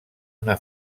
una